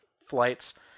flights